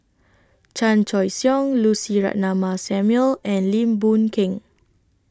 Chan Choy Siong Lucy Ratnammah Samuel and Lim Boon Keng